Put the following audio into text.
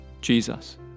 Jesus